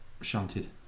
shunted